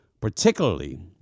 particularly